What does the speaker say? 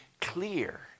clear